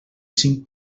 cinc